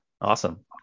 awesome